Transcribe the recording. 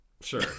Sure